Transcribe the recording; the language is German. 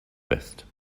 west